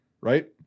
right